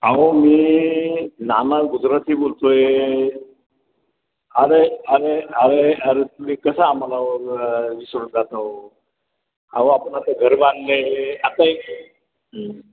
अहो मी नाना गुजराती बोलतो आहे अरे अरे अरे अरे तुम्ही कसं आम्हाला विसरून जाता हो अहो आपण ते घर बांधले आहे आता